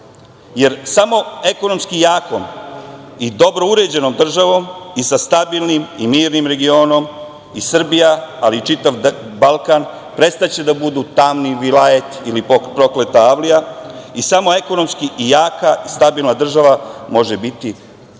jer samo ekonomski jakom i dobrom uređenom državom i sa stabilnim i mirnim regionom i Srbija, ali i čitav Balkan prestaće da budu tamni vilajet ili prokleta avlija i samo ekonomski jaka i stabilna država može biti